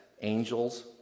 angels